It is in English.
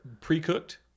pre-cooked